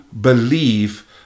believe